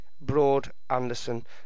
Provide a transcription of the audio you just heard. Broad-Anderson